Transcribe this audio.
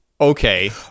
okay